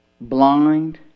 blind